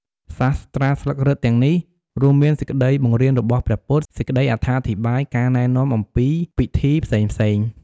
សាស្ត្រាស្លឹករឹតទាំងនេះ រួមមានសេចក្ដីបង្រៀនរបស់ព្រះពុទ្ធ សេចក្ដីអត្ថាធិប្បាយ ការណែនាំអំពីពិធីផ្សេងៗ។